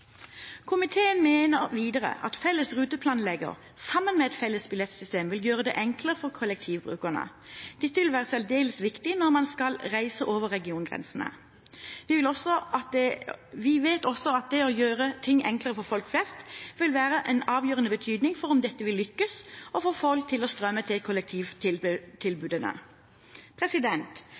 Komiteen mener videre at en felles ruteplanlegger, sammen med et felles billettsystem, vil gjøre det enklere for kollektivtransportbrukerne. Dette vil være særdeles viktig når man skal reise over regiongrensene. Vi vet også at det å gjøre ting enklere for folk flest vil være av avgjørende betydning for om det vil lykkes å få folk til å strømme til